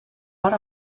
par